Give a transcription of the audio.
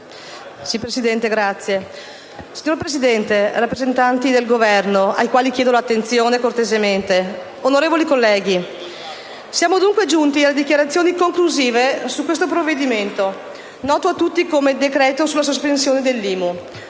Signor Presidente, rappresentanti del Governo - ai quali chiedo cortesemente attenzione - onorevoli colleghi, siamo dunque giunti alle dichiarazioni conclusive su questo provvedimento noto a tutti come decreto sulla sospensione dell'IMU.